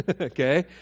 Okay